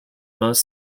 most